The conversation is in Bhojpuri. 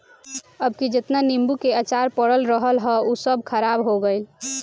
अबकी जेतना नीबू के अचार पड़ल रहल हअ सब खराब हो गइल